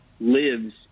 lives